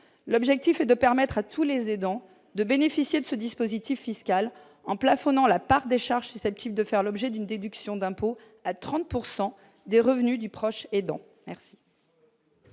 L'objectif est de permettre à tous les aidants de bénéficier de ce dispositif fiscal, en plafonnant la part des charges susceptibles de faire l'objet d'une déduction d'impôt à 30 % des revenus du proche aidant.